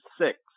Six